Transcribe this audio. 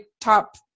top